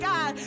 God